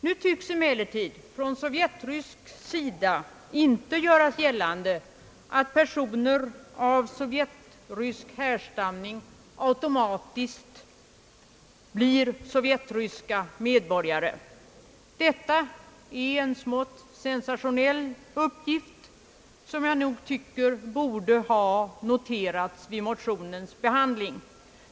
Nu sägs emellertid att från sovjetrysk sida inte görs gällande att personer av sovjetrysk härstamning automatiskt blir sovjetryska medborgare. Detta är en smått sensationell uppgift som enligt min uppfattning borde ha noterats vid motionens behandling.